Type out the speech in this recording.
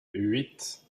huit